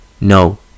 No